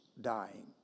dying